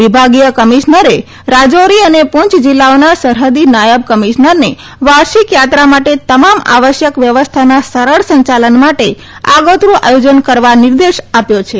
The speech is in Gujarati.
વિભાગીય કમિશ્નરે રાજારી અને પુંચ જીલ્લાઓના સરહદી નાયબ કમિશ્નરને વાર્ષિક યાત્રા માટે તમામ આવશ્યક વ્યવસ્થાના સરળ સંચાલન માટે આગોતરૃ આયોજન કરવા નિર્દેશ આપ્યો છે